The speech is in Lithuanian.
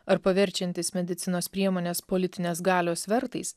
ar paverčiantys medicinos priemones politinės galios svertais